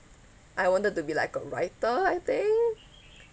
I wanted to be like a writer I think